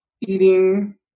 eating